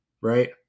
right